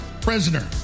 prisoner